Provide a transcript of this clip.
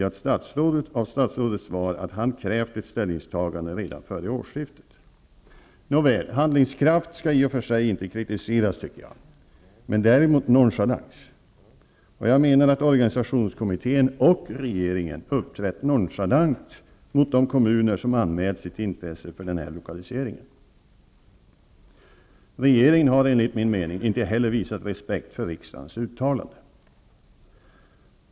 Av statsrådets svar framgår emellertid att han krävt ett ställningstagande redan före årsskiftet. Nåväl, handlingskraft skall i och för sig inte kritiseras. Däremot skall nonchalans kritiseras. Jag menar att både organisationskommittén och regeringen uppträtt nonchalant gentemot de kommuner som har anmält intresse för den här lokaliseringen. Enligt min mening har regeringen inte heller visat respekt för riksdagens uttalande.